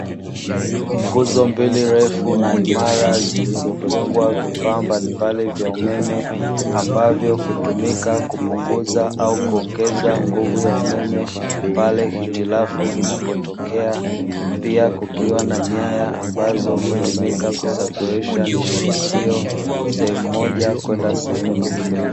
Nguzo mbili refu na imara zilizofungwa vifaa mbalimbali vya umeme, ambavyo hutumika kupunguza au kuongeza nguvu ya umeme pale hitilafu inapotokea, pia kukiwa na nyaya ambazo hutumika kusafirisha nishati hiyo sehemu moja kwenda sehemu nyingine.